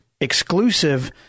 exclusive